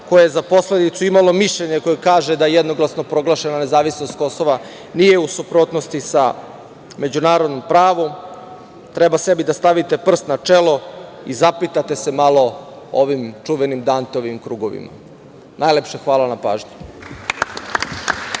koje je za posledicu imalo mišljenje koje kaže da jednoglasno proglašena nezavisnost Kosova nije u suprotnosti sa međunarodnim pravom, treba sebi da stavite prst na čelo i zapitate se malo o ovim čuvenim Danteovim krugovima. Najlepše hvala na pažnji.